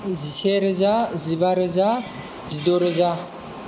जिसे रोजा जिबा रोजा जिद' रोजा